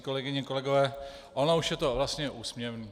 Kolegyně, kolegové, ono už je to vlastně úsměvné.